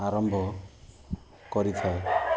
ଆରମ୍ଭ କରିଥାଏ